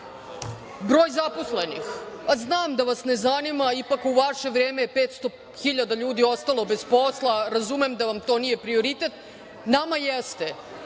Broj zaposlenih. Znam da vas ne zanima, ipak u vaše vreme je 500 hiljada ljudi ostalo bez posla, razumem da vam to nije prioritet. Nama jeste.